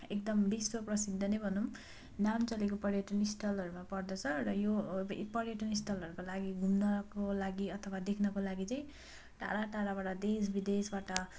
एकदम विश्व प्रसिद्ध नै भनौँ नाम चलेको पर्यटन स्थलहरूमा पर्दछ र अब यो पर्यटन स्थलहरूको लागि घुम्नको लागि अथवा देख्नको लागि चाहिँ टाढा टाढाबाट देश विदेशबाट